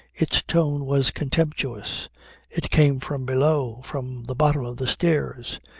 its tone was contemptuous it came from below, from the bottom of the stairs.